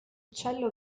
uccello